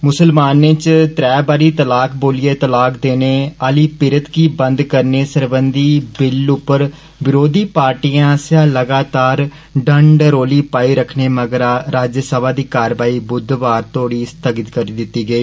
मुस्लमाने च त्रै बारी तलाक बोलियै तलाक देने आली पिरत गी बंद करने सरबंधी बिल उप्पर विरोधी पार्टिएं आस्सेआ लगातार डंड रौली पाई रक्खने मगरा राज्यसभा दी कारवाई बुधवारै तोड़ी स्थागित करी दिती गेई